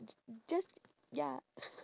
j~ just ya